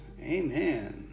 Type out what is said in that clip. Amen